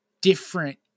different